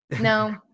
No